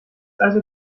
also